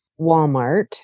Walmart